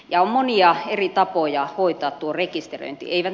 on monia eri tapoja hoitaa tuo rekisteröinti